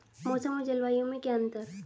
मौसम और जलवायु में क्या अंतर?